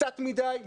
קצת מדי,